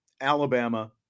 Alabama